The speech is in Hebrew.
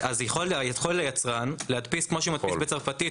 יכול יצרן להדפיס כמו שמדפיס בצרפתית,